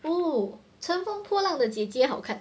!woo! 乘风破浪的姐姐好看